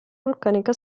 vulcanica